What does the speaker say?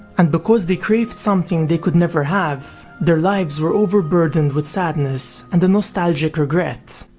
and because they craved something they could never have, their lives were overburdened with sadness and a nostalgic regret.